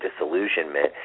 disillusionment